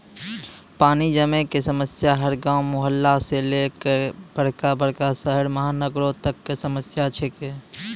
पानी जमै कॅ समस्या हर गांव, मुहल्ला सॅ लै करिकॅ बड़का बड़का शहरो महानगरों तक कॅ समस्या छै के